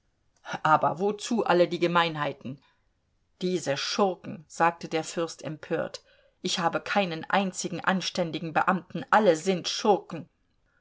aber wozu alle die gemeinheiten diese schurken sagte der fürst empört ich habe keinen einzigen anständigen beamten alle sind schurken